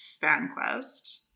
FanQuest